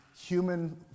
human